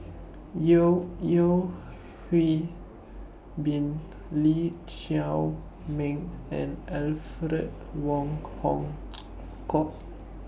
Yeo Yeo Hwee Bin Lee Chiaw Meng and Alfred Wong Hong Kwok